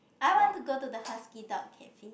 I want to go to the husky dog cafe